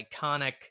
iconic